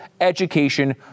education